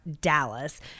Dallas